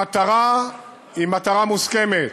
המטרה היא מטרה מוסכמת.